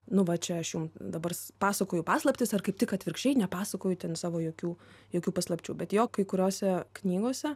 nu va čia aš jum dabar pasakoju paslaptis ar kaip tik atvirkščiai nepasakoju ten savo jokių jokių paslapčių bet jo kai kuriose knygose